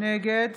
נגד